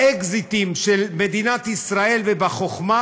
באקזיטים של מדינת ישראל ובחוכמה,